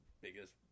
biggest